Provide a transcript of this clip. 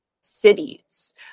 cities